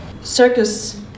Circus